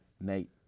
Nate